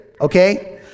okay